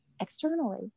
externally